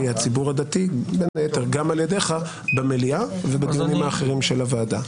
הציבור הדתי גם על ידך במליאה ובדיונים האחרים של הוועדה.